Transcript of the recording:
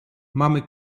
mamy